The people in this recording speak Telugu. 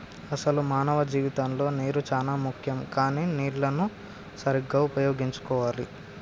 అసలు మానవ జీవితంలో నీరు చానా ముఖ్యం కానీ నీళ్లన్ను సరీగ్గా ఉపయోగించుకోవాలి